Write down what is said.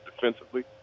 defensively